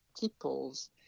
peoples